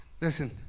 listen